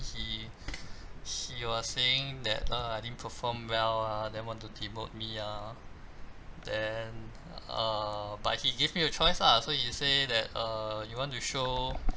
he he was saying that uh I didn't perform well ah then want to demote me ah then err but he gave me a choice lah so he say that uh you want to show